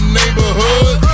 neighborhood